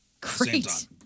Great